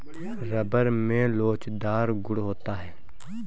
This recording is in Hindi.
रबर में लोचदार गुण होता है